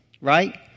Right